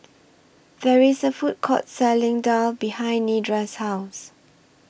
There IS A Food Court Selling Daal behind Nedra's House